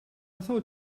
thought